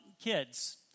Kids